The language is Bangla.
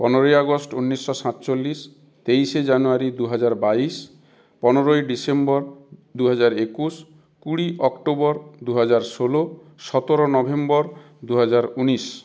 পনেরোই আগস্ট উনিশশো সাতচল্লিশ তেইশে জানুয়ারি দু হাজার বাইশ পনেরোই ডিসেম্বর দু হাজার একুশ কুড়ি অক্টোবর দু হাজার ষোলো সতেরো নভেম্বর দু হাজার উনিশ